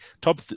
top